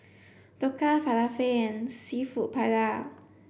Dhokla Falafel and Seafood Paella